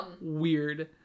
weird